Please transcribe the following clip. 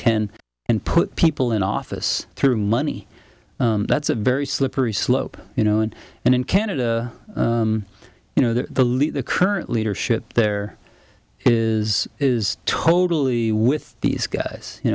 can and put people in office through money that's a very slippery slope you know in and in canada you know the least the current leadership there is is totally with these guys you